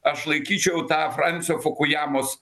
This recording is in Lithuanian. aš laikyčiau tą fransio fukujamos